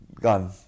gone